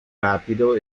rapido